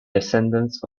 descendants